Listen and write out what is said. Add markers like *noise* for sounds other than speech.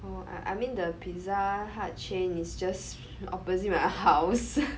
oh I I mean the Pizza Hut chain is just opposite my house *laughs*